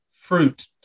fruit